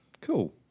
cool